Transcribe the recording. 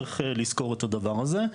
צריך לזכור את הדבר הזה.